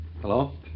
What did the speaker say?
Hello